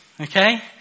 Okay